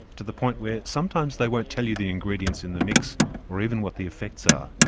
to the point where sometimes they won't tell you the ingredients in the mix or even what the effects are.